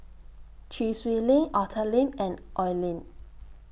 Chee Swee Lee Arthur Lim and Oi Lin